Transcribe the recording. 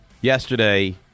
yesterday